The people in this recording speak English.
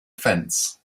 fence